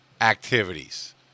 activities